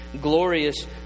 glorious